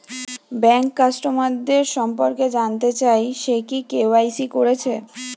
bank কাস্টমারদের সম্পর্কে জানতে চাই সে কি কে.ওয়াই.সি কোরেছে